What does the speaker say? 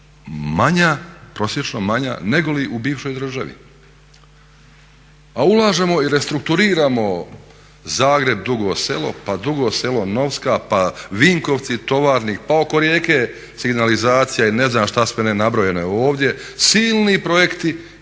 manja, prosječno manja nego li u bivšoj državi a ulažemo i restrukturiramo Zagreb, Dugo Selo, pa Dugo Selo-Novska, pa Vinkovci-Tovarnik, pa oko Rijeke signalizacija ili ne znam što sve ne, nabrojeno je ovdje, silni projekti